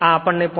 આ આપણને 0